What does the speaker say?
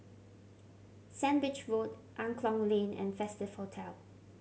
Sandwich Road Angklong Lane and Festive Hotel